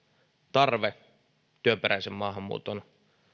tarve työperäisen maahanmuuton